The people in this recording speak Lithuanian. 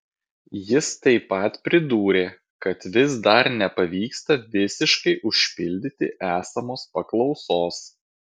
jis taip pat pridūrė kad vis dar nepavyksta visiškai užpildyti esamos paklausos